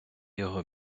його